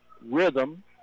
rhythm